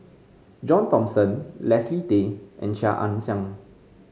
John Thomson Leslie Tay and Chia Ann Siang